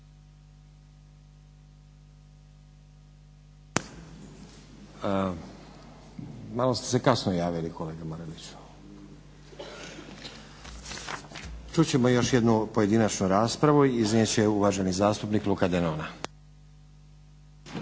Malo ste se kasno javili kolega Mareliću. Čut ćemo još jednu pojedinačnu raspravu. Iznijet će je uvaženi zastupnik Luka Denona.